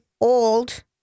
old